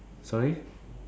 sorry